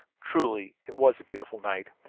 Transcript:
truly it was a beautiful night.